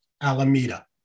Alameda